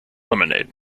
lemonade